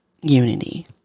Unity